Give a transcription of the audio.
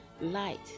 light